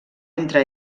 entre